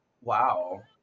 wow